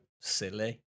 silly